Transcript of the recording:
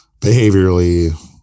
behaviorally